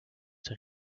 der